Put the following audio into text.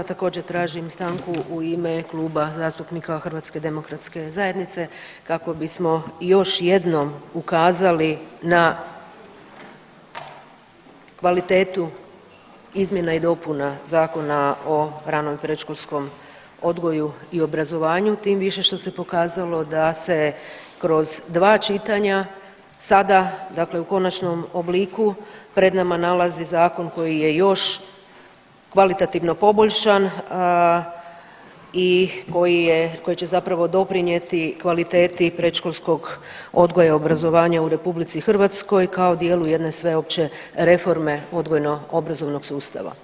Također tražim stanku u ime Kluba zastupnika HDZ-a kako bismo još jednom ukazali na kvalitetu izmjena i dopuna Zakona o ranom predškolskom odgoju i obrazovanju tim više što se pokazalo da se kroz dva čitanja sada dakle u konačnom obliku pred nama nalazi zakon koji je još kvalitativno poboljšan i koji je, koji će zapravo doprinijeti kvaliteti predškolskog odgoja i obrazovanja u RH kao dijelu jedne sveopće reforme odgojno obrazovnog sustava.